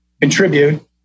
contribute